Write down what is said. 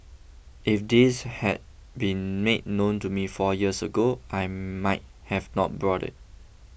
if this had been made known to me four years ago I might have not bought it